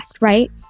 right